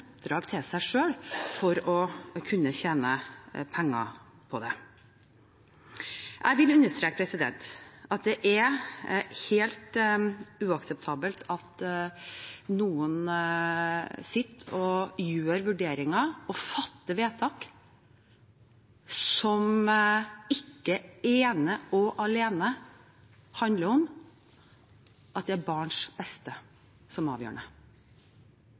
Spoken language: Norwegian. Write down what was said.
til seg selv for å kunne tjene penger på det. Jeg vil understreke at det er helt uakseptabelt at noen sitter og gjør vurderinger og fatter vedtak som ikke ene og alene handler om at det er barns beste som er avgjørende.